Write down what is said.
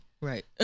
Right